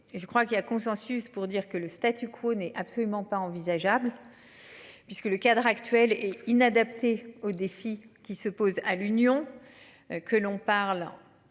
Je crois qu'il y a consensus pour dire que le statu quo n'est absolument pas envisageable. Puisque le cadre actuel est inadapté aux défis qui se posent à l'Union. Que l'on parle.